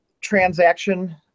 transaction